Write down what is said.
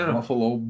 Buffalo